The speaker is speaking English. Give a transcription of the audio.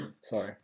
Sorry